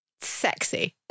Sexy